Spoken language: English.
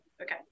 Okay